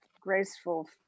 graceful